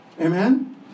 Amen